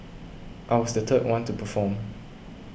I was the third one to perform